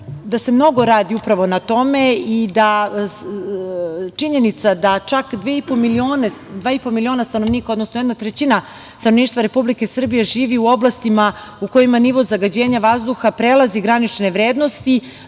da se mnogo radi i činjenica da čak dva i po miliona stanovnika, odnosno jedna trećina stanovništva Republike Srbije živi u oblastima u kojima nivo zagađenja vazduha prelazi granične vrednosti,